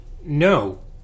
No